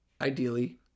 ideally